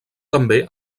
també